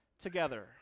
together